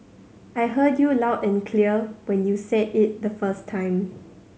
I heard you loud and clear when you said it the first time